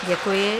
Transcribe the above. Děkuji.